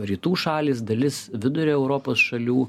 rytų šalys dalis vidurio europos šalių